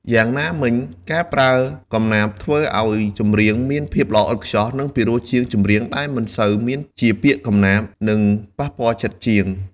យ៉ាងណាមិញការប្រើកំណាព្យធ្វើឲ្យចម្រៀងមានភាពល្អឥតខ្ចោះនិងពិរោះជាងចម្រៀងដែលមិនសូវមានជាពាក្យកំណាព្យ និងប៉ះពាល់ចិត្តជាង។